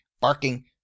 barking